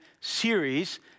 series